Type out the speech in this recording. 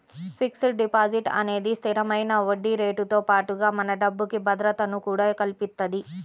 fixed deposit అనేది స్థిరమైన వడ్డీరేటుతో పాటుగా మన డబ్బుకి భద్రతను కూడా కల్పిత్తది